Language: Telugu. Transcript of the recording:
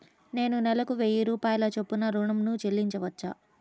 నేను నెలకు వెయ్యి రూపాయల చొప్పున ఋణం ను చెల్లించవచ్చా?